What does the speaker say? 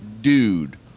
dude